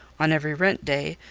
on every rent day,